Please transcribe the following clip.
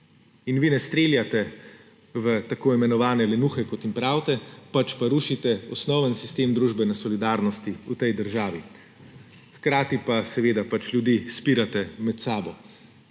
In vi ne streljate v tako imenovane lenuhe, kot jim pravite, pač pa rušite osnovni sistem družbene solidarnosti v tej državi. Hkrati pa seveda ljudi spirate med sabo,